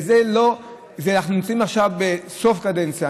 אנחנו נמצאים עכשיו בסוף קדנציה.